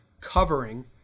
covering